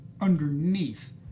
underneath